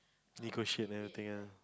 negotiate never think ah